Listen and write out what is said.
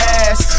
ass